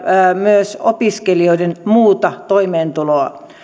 myös opiskelijoiden muuta toimeentuloa